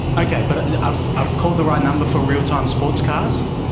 okay, but i've i've called the right number for real time sportscast?